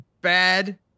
bad